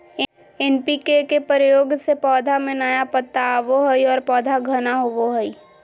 NPK के प्रयोग से पौधा में नया पत्ता आवो हइ और पौधा घना होवो हइ